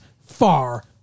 far